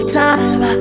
time